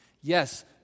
Yes